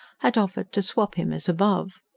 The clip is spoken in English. had offered to swop him, as above.